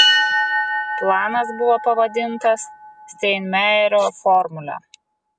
planas buvo pavadintas steinmeierio formule